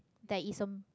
there is a